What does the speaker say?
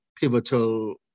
pivotal